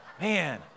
Man